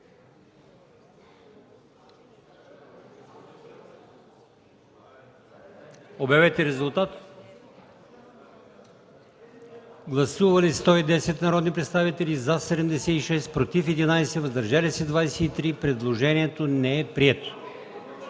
това решение. Гласували 125 народни представители: за 49, против 74, въздържали се 2. Предложението не е прието.